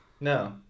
No